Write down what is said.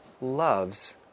loves